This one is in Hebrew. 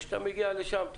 כשאתה מגיע לשם,